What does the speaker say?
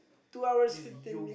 two hours fifteen minute